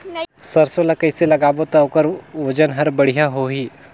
सरसो ला कइसे लगाबो ता ओकर ओजन हर बेडिया होही?